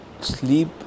sleep